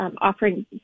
offering